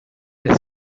est